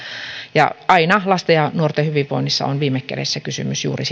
ja aina lasten ja nuorten hyvinvoinnissa on viime kädessä kysymys juuri